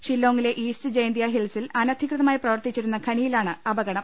ഷില്ലോങ്ങിലെ east Jaintia ഹിൽസിൽ അനധികൃ തമായി പ്രവർത്തിച്ചിരുന്ന ഖനിയിലാണ് അപകടം